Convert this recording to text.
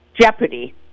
Jeopardy